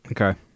Okay